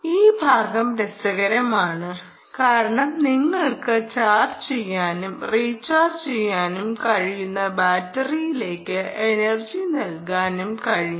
ഈ ഭാഗം രസകരമാണ് കാരണം നിങ്ങൾക്ക് ചാർജ് ചെയ്യാനും റീചാർജ് ചെയ്യാനും കഴിയുന്ന ബാറ്ററിയിലേക്ക് എനർജി നൽകാനും കഴിയും